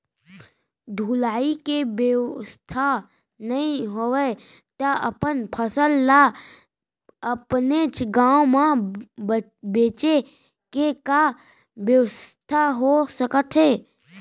ढुलाई के बेवस्था नई हवय ता अपन फसल ला अपनेच गांव मा बेचे के का बेवस्था हो सकत हे?